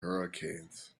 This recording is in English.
hurricanes